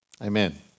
Amen